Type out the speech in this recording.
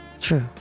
True